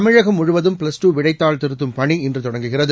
தமிழகம் முழுவதும் plus two விடைத்தாள் திருத்தும் பணி இன்று தொடங்குகிறது